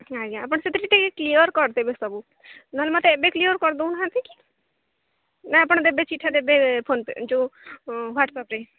ଆଜ୍ଞା ଆପଣ ସେଥିରେ ଟିକେ କ୍ଲିଅର୍ କରିଦେବେ ସବୁ ନହେଲେ ମୋତେ ଏବେ କ୍ଲିଅର୍ କରିଦେଉ ନାହାନ୍ତି କି ନାଇ ଆପଣ ଦେବେ ଚିଠା ଦେବେ ଫୋନ୍ ପେ ଯୋଉ ହ୍ୱାଟ୍ସପ୍